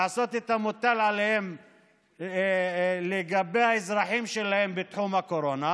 לעשות את המוטל עליהם לגבי האזרחים שלהם בתחום הקורונה,